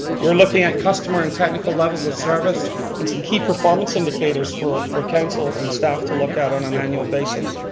we're looking at customer and technical levels of service and some key performance indicators for for council and staff to look at on an annual basis.